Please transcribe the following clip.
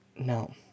no